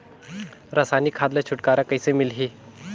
रसायनिक खाद ले छुटकारा कइसे मिलही?